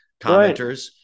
commenters